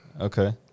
Okay